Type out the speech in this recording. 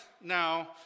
now